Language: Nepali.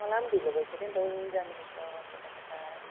मलाई पनि ढिलो भइसक्यो नि त हो जानुपर्छ कता कता